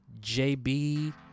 JB